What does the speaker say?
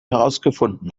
herausgefunden